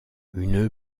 une